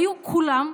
היו כולם,